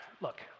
Look